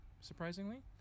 surprisingly